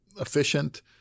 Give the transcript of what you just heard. efficient